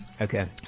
Okay